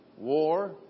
War